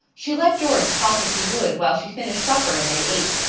she let george talk as he would while she finished supper and they ate.